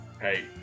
hey